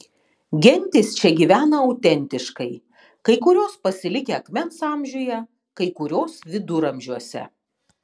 gentys čia gyvena autentiškai kai kurios pasilikę akmens amžiuje kai kurios viduramžiuose